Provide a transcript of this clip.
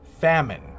Famine